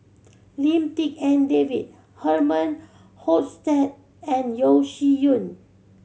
Lim Tik En David Herman Hochstadt and Yeo Shih Yun